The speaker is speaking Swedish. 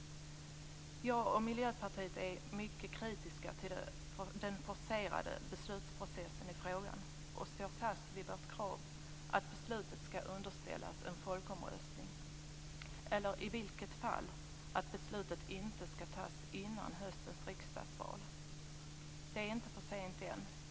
Jag och Miljöpartiet är mycket kritiska till den forcerade beslutsprocessen i frågan. Vi står fast vid vårt krav att beslutet skall underställas en folkomröstning eller i vilket fall att beslutet inte skall fattas innan höstens riksdagsval. Det är inte för sent.